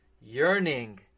yearning